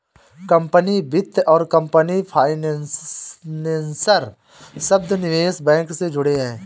company वित्त और company financer शब्द निवेश बैंक से जुड़े हैं